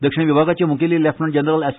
दक्षिण विभागाचे मुखेली लेफ्टनंट जनरल एस